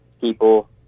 people